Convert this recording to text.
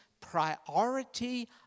priority